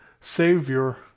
Savior